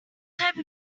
type